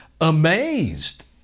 amazed